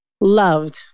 Loved